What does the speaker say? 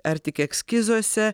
ar tik eskizuose